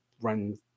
run